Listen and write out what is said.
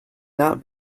not